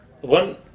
One